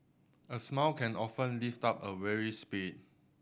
a smile can often lift up a weary spirit